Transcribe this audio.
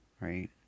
Right